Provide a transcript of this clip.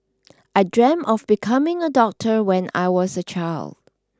I dreamt of becoming a doctor when I was a child